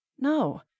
No